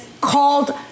called